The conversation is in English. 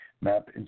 Map